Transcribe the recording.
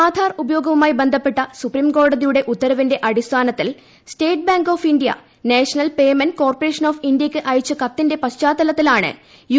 ആധാർ ഉപയോഗവുമായി ബന്ധപ്പെട്ട സുപ്രീംക്കോടതിയുടെ ഉത്തരവിന്റെ അടിസ്ഥാനത്തിൽ state bank of India national payment corporation of ഇന്ത്യയ്ക്ക് അയച്ച കത്തിന്റെ പശ്ചാത്തലത്തിലാണ് യു